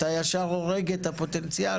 אתה ישר הורג את הפוטנציאל?